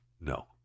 no